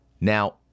Now